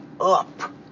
up